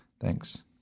Thanks